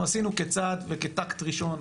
אנחנו עשינו כצעד וכטאקט ראשון,